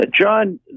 John